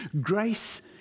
grace